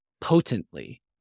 potently